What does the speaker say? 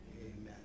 Amen